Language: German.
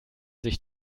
sich